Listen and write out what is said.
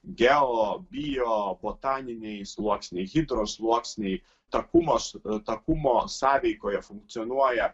geo bio botaniniai sluoksniai hidro sluoksniai takumas takumo sąveikoje funkcionuoja